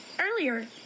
Earlier